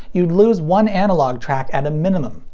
you'd lose one analog track at a minimum.